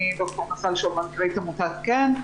אני ד"ר מזל שאול, מנכ"לית עמותת כ"ן.